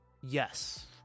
Yes